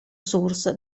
source